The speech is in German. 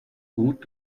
gut